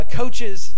coaches